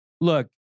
look